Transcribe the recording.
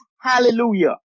hallelujah